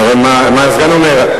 נראה מה הסגן אומר.